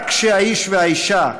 רק כשהאיש והאישה,